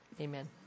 amen